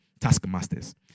taskmasters